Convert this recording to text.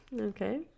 Okay